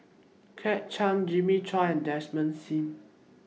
Kit Chan Jimmy Chua and Desmond SIM